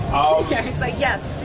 gary's like yes.